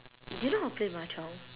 do you know how play mahjong